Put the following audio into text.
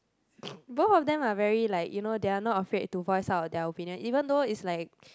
both of them are very like you know they're not afraid to voice out their opinion even though is like